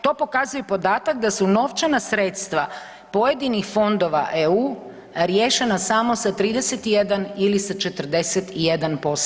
To pokazuje i podatak da su novčana sredstva pojedinih fondova EU riješena samo sa 31 ili sa 41%